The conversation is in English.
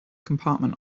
compartment